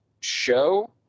show